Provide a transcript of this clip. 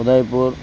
Udaipur